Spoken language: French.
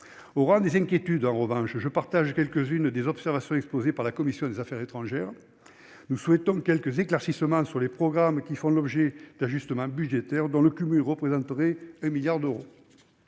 Au rang des inquiétudes, en revanche, je partage certaines des observations exposées par la commission des affaires étrangères. Ainsi, nous souhaitons quelques éclaircissements sur les programmes qui font l'objet d'ajustements budgétaires, dont le cumul représenterait 1 milliard d'euros,